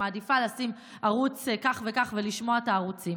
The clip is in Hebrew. מעדיפה לשים ערוץ כך וכך ולשמוע את הערוצים.